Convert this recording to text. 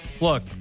look